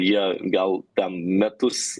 jie gal ten metus